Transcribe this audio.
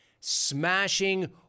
Smashing